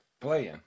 Playing